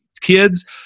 kids